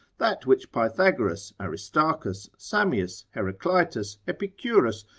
that which pythagoras, aristarchus, samius, heraclitus, epicurus,